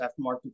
aftermarket